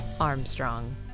Armstrong